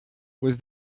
was